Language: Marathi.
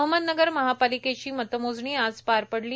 अहमदनगर महापालिकेची मतमोजणी आज पार पडली